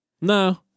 No